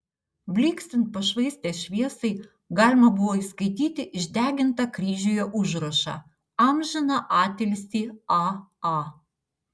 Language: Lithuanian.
blyksint pašvaistės šviesai galima buvo įskaityti išdegintą kryžiuje užrašą amžiną atilsį a a